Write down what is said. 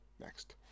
Next